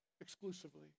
exclusively